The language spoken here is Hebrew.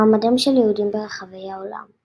מעמדם של יהודים ברחבי העולם.